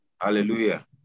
Hallelujah